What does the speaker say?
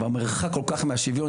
אבל המרחק כל כך גדול מן השוויון.